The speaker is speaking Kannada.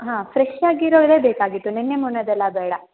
ಹಾಂ ಫ್ರೆಶ್ ಆಗಿರೋದೇ ಬೇಕಾಗಿತ್ತು ನಿನ್ನೆ ಮೊನ್ನೆದೆಲ್ಲ ಬೇಡ